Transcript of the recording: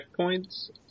checkpoints